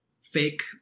fake